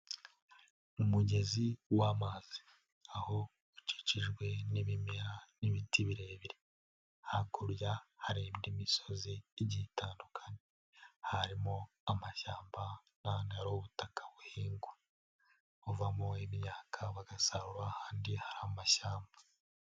Umugezi w'amazi aho ukikijwe n'ibimera n'ibiti birebire, hakurya hari indi misozi igiye tandukanye, harimo amashyamba n'ahantu hari ubutaka buhingwa, buvamo imyaka bagasarura, ahandi hari amashyamba.